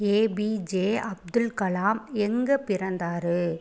APJ Abdul Kalam எங்கே பிறந்தார்